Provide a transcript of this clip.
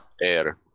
Air